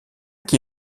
qui